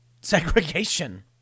segregation